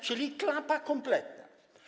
Czyli klapa kompletna.